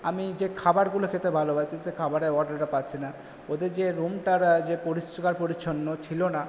আমি যে খাবারগুলো খেতে ভালোবাসি সে খাবারের অর্ডারটা পাচ্ছি না ওদের যে রুমটার যে পরিষ্কার পরিচ্ছন্ন ছিলো না